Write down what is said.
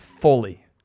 fully